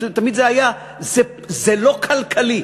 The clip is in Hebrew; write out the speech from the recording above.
תמיד זה היה, זה לא כלכלי,